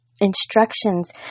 instructions